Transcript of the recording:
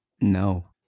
No